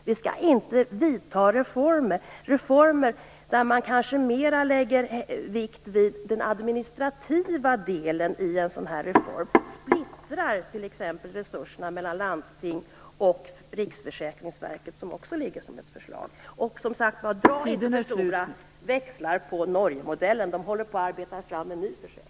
Vi skall inte genomföra reformer där man kanske lägger mer vikt vid den administrativa delen och t.ex. splittrar resurserna mellan landsting och Riksförsäkringsverket, vilket också föreslagits. Och dra inte för stora växlar på Norgemodellen! De håller på att arbeta fram en ny försäkring.